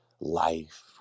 life